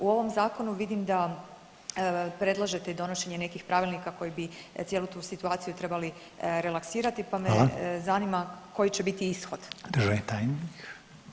U ovom Zakonu vidim da predlažete i donošenje nekih pravilnika koji bi cijelu tu situaciju trebali relaksirati pa me [[Upadica: Hvala.]] zanima koji će biti ishod?